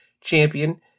champion